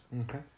Okay